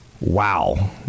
Wow